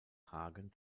hagen